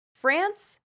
France